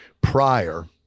prior